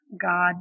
God